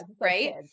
right